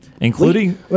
Including